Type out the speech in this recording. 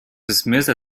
dismissed